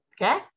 okay